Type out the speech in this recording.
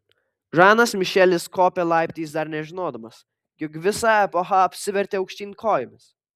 žanas mišelis kopė laiptais dar nežinodamas jog visa epocha apsivertė aukštyn kojomis